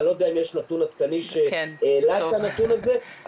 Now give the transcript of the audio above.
אני לא יודע אם יש נתון עדכני שהעלה את הנתון הזה,